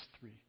three